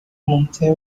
مونده